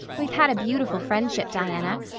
we've had a beautiful friendship, diana.